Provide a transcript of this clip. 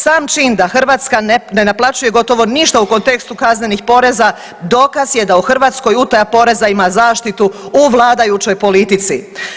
Sam čin da Hrvatska ne naplaćuje gotovo ništa u kontekstu kaznenih poreza dokaz je da u Hrvatskoj utaja poreza ima zaštitu u vladajućoj politici.